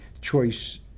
choice